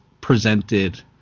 presented